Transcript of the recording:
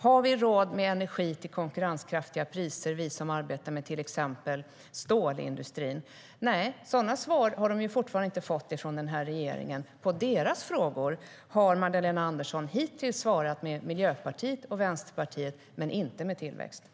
Har vi råd med energi till konkurrenskraftiga priser, vi som arbetar med till exempel stålindustrin?